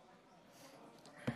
אבי,